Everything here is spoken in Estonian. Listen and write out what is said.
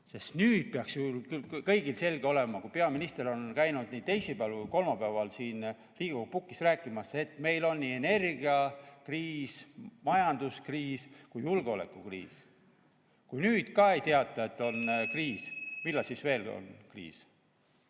Nüüd peaks küll kõigile [see] selge olema, kui peaminister on käinud nii teisipäeval kui kolmapäeval siin Riigikogu pukis rääkimas, et meil on nii energiakriis, majanduskriis kui ka julgeolekukriis. Kui nüüd ka ei teata, et on kriis, millal siis veel?